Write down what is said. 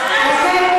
אני מבקש.